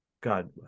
God